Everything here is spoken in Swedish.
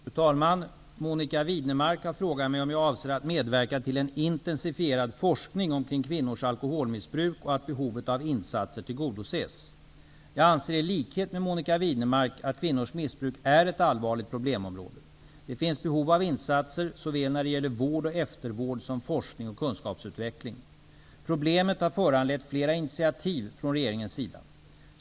Fru talman! Monica Widnemark har frågat mig om jag avser att medverka till en intensifierad forskning omkring kvinnors alkoholmissbruk och till att behovet av insatser tillgodoses. Jag anser, i likhet med Monica Widnemark, att kvinnors missbruk är ett allvarligt problemområde. Det finns behov av insatser såväl när det gäller vård och eftervård som forskning och kunskapsutveckling. Problemet har föranlett flera initiativ från regeringens sida.